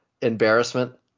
embarrassment